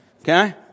Okay